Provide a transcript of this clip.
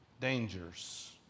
dangers